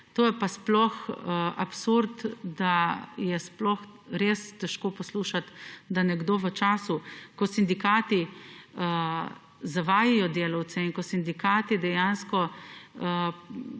to je pa sploh absurd, da je sploh res težko poslušati, da nekdo v času, ko sindikati zavajajo delavce in ko sindikati dejansko